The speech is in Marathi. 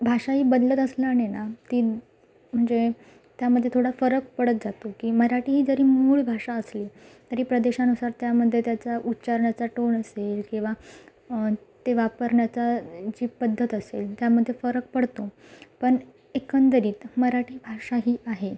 भाषा ही बदलत असल्याने ना ती म्हणजे त्यामध्ये थोडा फरक पडत जातो की मराठी ही जरी मूळ भाषा असली तरी प्रदेशानुसार त्यामध्ये त्याचा उच्चारण्याचा टोण असेल किंवा ते वापरण्याचा जी पद्धत असेल त्यामध्ये फरक पडतो पण एकंदरीत मराठी भाषा ही आहे